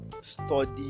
study